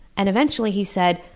and eventually he said,